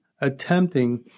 attempting